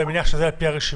אני מניח שזה על פי הרשימה,